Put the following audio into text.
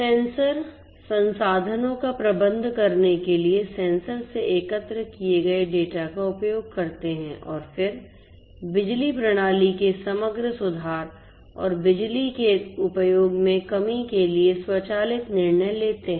sensor संसाधनों का प्रबंधन करने के लिए सेंसर से एकत्र किए गए डेटा का उपयोग करते हैं और फिर बिजली प्रणाली के समग्र सुधार और बिजली के उपयोग में कमी के लिए स्वचालित निर्णय लेते हैं